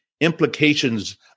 implications